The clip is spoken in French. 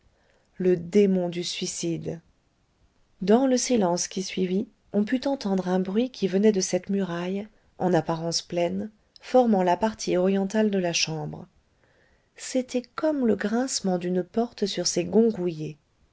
le démon du suicide dans le silence qui suivit on put entendre un bruit qui venait de cette muraille en apparence pleine formant la partie orientale de la chambre c'était comme le grincement d'une porte sur ses